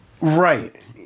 Right